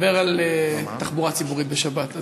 שמדבר על תחבורה ציבורית בשבת.